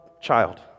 child